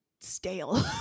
stale